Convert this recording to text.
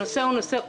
הנושא הוא נושא רוחבי,